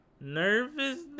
Nervousness